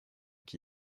qui